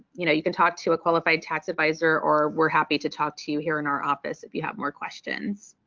you know you can talk to a qualified tax adviser or we're happy to talk to you here in our office if you have more questions.